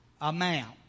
amount